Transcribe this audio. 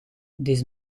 this